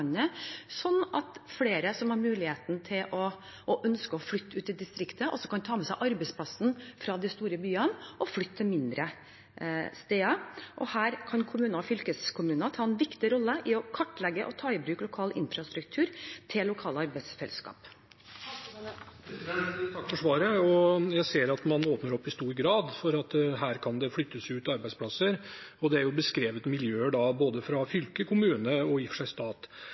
at flere som har muligheten til og ønsker å flytte ut i distriktet, kan ta med seg arbeidsplassen fra de store byene og flytte til mindre steder. Her kan kommuner og fylkeskommuner ta en viktig rolle i å kartlegge og ta i bruk lokal infrastruktur til lokale arbeidsfellesskap. Takk for svaret. Jeg ser at man i stor grad åpner opp for at det kan flyttes ut arbeidsplasser, og det er beskrevet miljøer i både fylke, kommune og i og for seg stat.